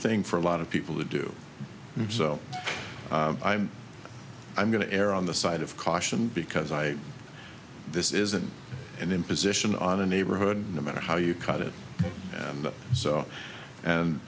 thing for a lot of people to do so i'm going to err on the side of caution because i this isn't an imposition on a neighborhood no matter how you cut it and so and